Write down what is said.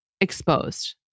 exposed